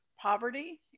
poverty